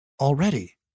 already